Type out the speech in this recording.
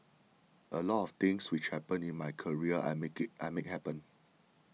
a lot of things which happened in my career I made it I made happen